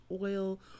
oil